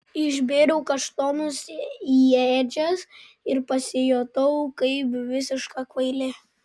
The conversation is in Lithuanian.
išbėriau kaštonus į ėdžias ir pasijutau kaip visiška kvailė